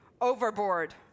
overboard